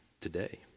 today